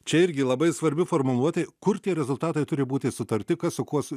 čia irgi labai svarbi formuluotė kur tie rezultatai turi būti sutarti kas su kuo su